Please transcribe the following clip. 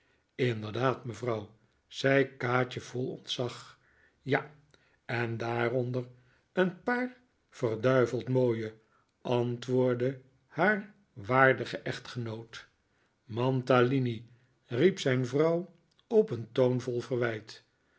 inderdaad mevrouw zei kaatje vol ontzag ja en daaronder een paar verduiveld mooie antwoordde haar waardige echtgenoot mantalini riep zijn vrouw op een toon vol verwijt